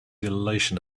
elation